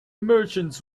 merchants